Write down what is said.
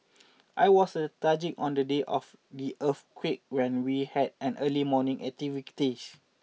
I was lethargic on the day of the earthquake when we had an early morning activities